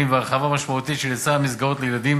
והרחבה משמעותית של היצע המסגרות לילדים